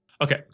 Okay